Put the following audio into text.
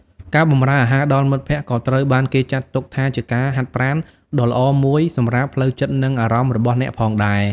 ការបម្រើអាហារដល់មិត្តភក្តិក៏ត្រូវបានគេចាត់ទុកថាជាការហាត់ប្រាណដ៏ល្អមួយសម្រាប់ផ្លូវចិត្តនិងអារម្មណ៍របស់អ្នកផងដែរ។